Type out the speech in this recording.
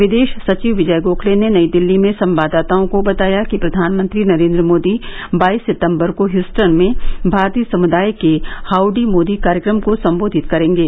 विदेश सचिव विजय गोखले ने नई दिल्ली में संवाददाताओं को बताया कि प्रधानमंत्री नरेन्द्र मोदी बाईस सितंबर को ह्यस्टन में भारतीय समृदाय के हाउड़ी मोदी कार्यक्रम को संबोधित करेंगे